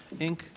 Inc